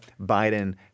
Biden